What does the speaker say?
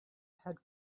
had